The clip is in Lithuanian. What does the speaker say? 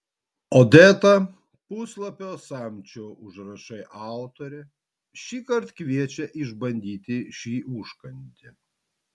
odeta puslapio samčio užrašai autorė šįkart kviečia išbandyti šį užkandį